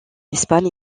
espagne